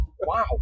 wow